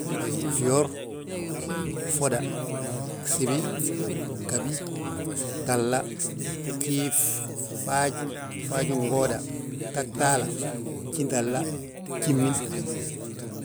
Fyoor, ffoda, gsibi, ghabi, gtahla, gjiif, faaj, faanjingooda, gtahtaal, gjintahla, gjimin